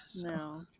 No